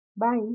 Bye